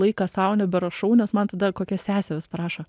laiką sau neberašau nes man tada kokia sesė vis parašo